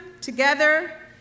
together